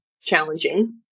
challenging